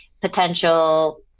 potential